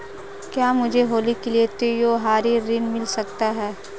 क्या मुझे होली के लिए त्यौहारी ऋण मिल सकता है?